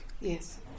Yes